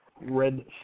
red